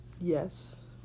yes